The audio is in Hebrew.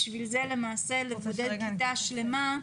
לשם זה לבודד כיתה שלמה,